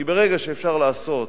כי ברגע שאפשר לעשות